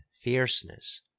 fierceness